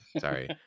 Sorry